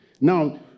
Now